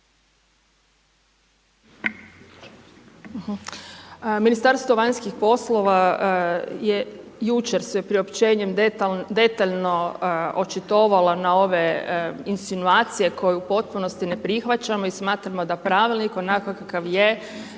Ministarstvo vanjskih poslova je jučer sa priopćenjem detaljno očitovalo na ove insinuacije koje u potpunosti ne prihvaćamo i smatramo da pravilnik onako kakav je,